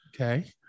Okay